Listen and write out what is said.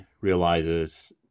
realizes